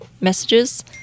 messages